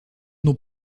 nos